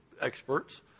experts